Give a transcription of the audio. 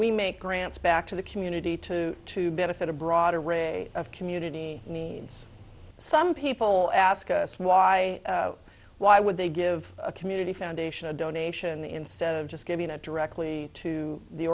we make grants back to the community to to benefit a broader array of community needs some people ask us why why would they give a community foundation a donation instead of just giving it directly to the